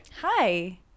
Hi